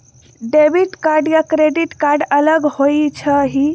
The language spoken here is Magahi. डेबिट कार्ड या क्रेडिट कार्ड अलग होईछ ई?